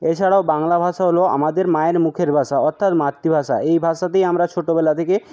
এছাড়াও বাংলা ভাষা হল আমাদের মায়ের মুখের ভাষা অর্থাৎ মাতৃভাষা এই ভাষাতেই আমরা ছোটবেলা থেকে